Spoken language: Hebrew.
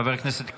חבר הכנסת קלנר,